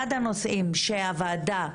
אחד הנושאים שהוועדה,